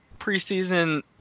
preseason